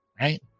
right